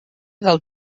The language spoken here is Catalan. del